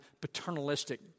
paternalistic